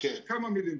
כמה מילים.